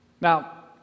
Now